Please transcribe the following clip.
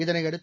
இதளையடுத்து